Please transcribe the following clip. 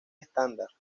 estándar